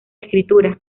escritura